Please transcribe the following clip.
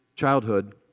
childhood